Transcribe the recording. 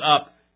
up